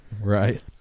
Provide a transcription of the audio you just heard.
Right